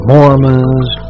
Mormons